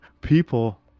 people